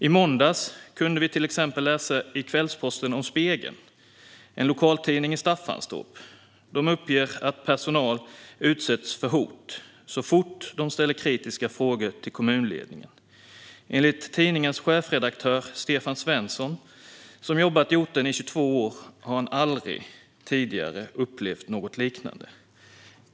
I måndags kunde vi till exempel läsa i Kvällsposten om Spegeln, en lokaltidning i Staffanstorp. De uppger att personal utsätts för hot så fort de ställer kritiska frågor till kommunledningen. Enligt tidningens chefredaktör Stefan Svensson, som jobbat på orten i 22 år, har han aldrig tidigare upplevt något liknande.